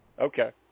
Okay